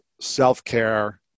self-care